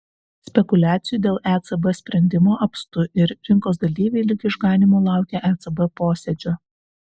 spekuliacijų dėl ecb sprendimo apstu ir rinkos dalyviai lyg išganymo laukia ecb posėdžio